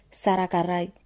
sarakarai